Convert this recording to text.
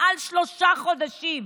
מעל שלושה חודשים,